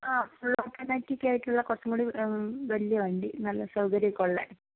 ആ full automatic ആയിട്ടുള്ള കുറച്ചുംകൂടി വലിയ വണ്ടി നല്ല സൗകര്യം ഒക്കെ ഉള്ളത്